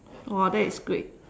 !wah! that is great